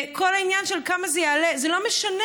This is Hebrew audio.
כל העניין של כמה זה יעלה, זה לא משנה.